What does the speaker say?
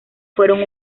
fueron